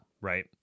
right